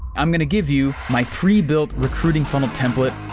i'm going to give you my pre-built recruiting funnel template,